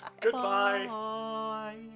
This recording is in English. Goodbye